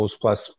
plus